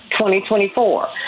2024